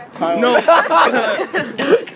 No